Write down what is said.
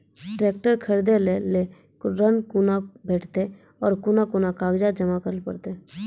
Tractor खरीदै लेल ऋण कुना भेंटते और कुन कुन कागजात जमा करै परतै?